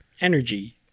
energy